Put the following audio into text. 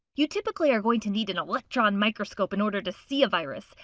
you typically are going to need an electron microscope in order to see a virus.